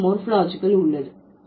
இங்கே மோர்பாலஜிகல் உள்ளது